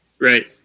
right